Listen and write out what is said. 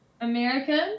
American